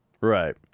Right